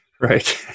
right